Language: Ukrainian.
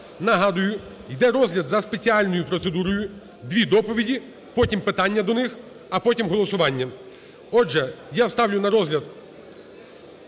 Нагадую, йде розгляд за спеціальною процедурою, дві доповіді, потім питання до них, а потім голосування. Отже, я ставлю на розгляд